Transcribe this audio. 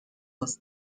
was